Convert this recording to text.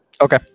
Okay